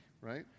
right